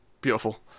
beautiful